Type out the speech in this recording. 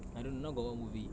I don't know now got what movie